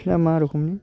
बिसोरना मा रोखोमनि